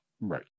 Right